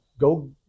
go